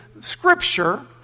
Scripture